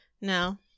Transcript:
No